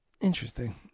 Interesting